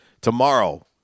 Tomorrow